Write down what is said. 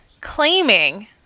claiming